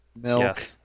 Milk